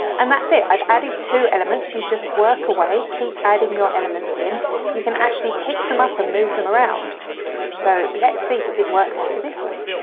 and that's it i've added two elements you just work away keep adding your elements in you can actually pick them up and move them around so let's see does it work better this way.